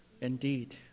Indeed